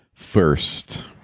first